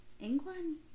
England